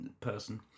person